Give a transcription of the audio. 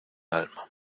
alma